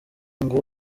ngo